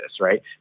right